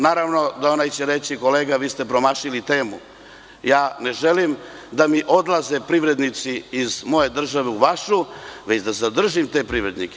Naravno da će onaj veći – kolega, vi ste promašili temu, ne želim da mi odlaze privrednici iz moje države u vašu, već da zadržim te privrednike.